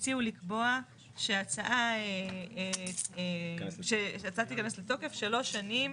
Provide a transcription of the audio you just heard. הציעו לקבוע שהצעה תיכנס לתוקף שלוש שנים